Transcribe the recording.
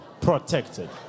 protected